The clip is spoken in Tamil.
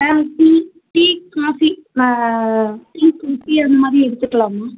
மேம் டீ டீ காஃபி ஆ டீ டீ அந்தமாதிரி எடுத்துக்கலாமா